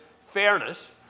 fairness